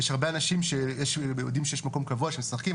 יש הרבה אנשים שיודעים שיש מקום קבוע שמשחקים,